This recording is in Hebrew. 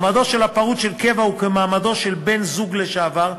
מעמדו של פרוד של קבע הוא כמעמדו של בן-זוג לשעבר,